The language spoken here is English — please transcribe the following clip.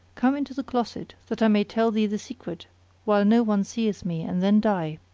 come into the closet that i may tell thee the secret while no one seeth me and then die.